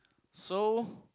so